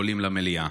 עולים למליאה